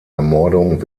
ermordung